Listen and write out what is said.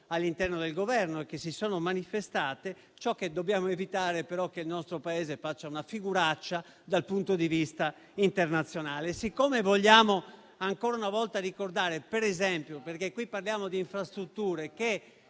all'interno del Governo e che si sono manifestate. Ciò che dobbiamo evitare, però, è che il nostro Paese faccia una figuraccia dal punto di vista internazionale. Siccome vogliamo ancora una volta ricordare, per esempio (perché qui parliamo di infrastrutture) che